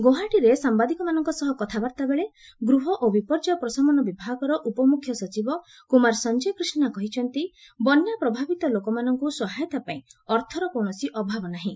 ଗୌହାଟୀରେ ସାମ୍ବାଦିକମାନଙ୍କ ସହ କଥାବାର୍ତ୍ତାବେଳେ ଗୃହ ଓ ବିପର୍ଯ୍ୟୟ ପ୍ରଶମନ ବିଭାଗର ଉପମୁଖ୍ୟ ସଚିବ କୁମାର ସଂଜୟ କ୍ରୀଷ୍ଣା କହିଛନ୍ତି ବନ୍ୟା ପ୍ରଭାବିତ ଲୋକମାନଙ୍କୁ ସାହାଯ୍ୟ ପାଇଁ ଅର୍ଥର କୌଣସି ଅଭାବ ନାହିଁ